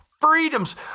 freedoms